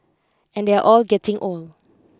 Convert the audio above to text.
and they're all getting old